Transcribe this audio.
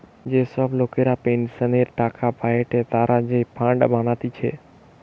যে সব লোকরা পেনসনের টাকা পায়েটে তারা যে ফান্ড বানাতিছে